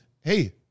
Hey